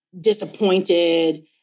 disappointed